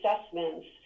assessments